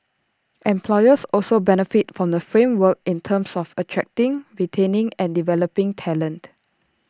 employers also benefit from the framework in terms of attracting retaining and developing talent